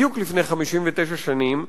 בדיוק לפני 59 שנים,